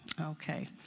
Okay